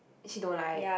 she don't like